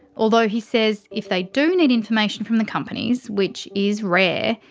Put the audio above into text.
although he says if they do need information from the companies, which is rare,